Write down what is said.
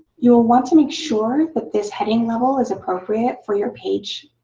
you'll want to make sure that this heading level is appropriate for your page.